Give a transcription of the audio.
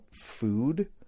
food